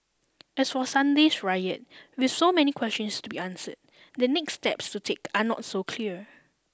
as for Sunday's riot with so many questions to be answered the next steps to take are not so clear